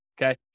okay